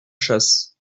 chasse